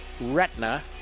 retina